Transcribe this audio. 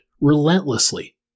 relentlessly